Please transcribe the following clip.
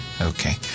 Okay